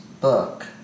book